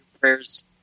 prayers